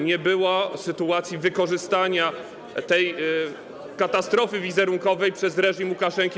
Nie może dojść do wykorzystania tej katastrofy wizerunkowej przez reżim Łukaszenki.